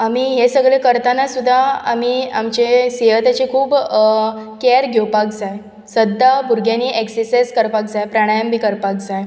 आमी हें सगळें करताना सुद्दां आमी आमचे सेहताचे खूब कॅयर घेवपाक जाय सद्दां भुरग्यांनी एक्सिर्सायज करपाक जाय प्राणायम बी करपाक जाय